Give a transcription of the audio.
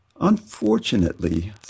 unfortunately